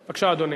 בבקשה, אדוני.